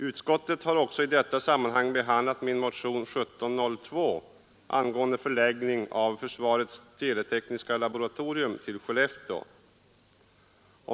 Utskottet har också i detta sammanhang behandlat min motion 1702 angående förläggning av försvarets teletekniska laboratorium till Skellefteå.